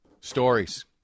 stories